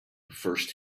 first